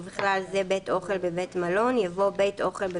ובכלל זה בית אוכל במקום עבודה,